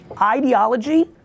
Ideology